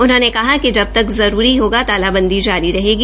उन्होंने कहा कि जबतक जरूरी होगा तालाबंदी जारी रहेगी